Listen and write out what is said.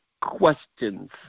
questions